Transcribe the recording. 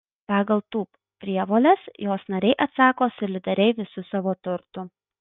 pagal tūb prievoles jos nariai atsako solidariai visu savo turtu